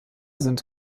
sind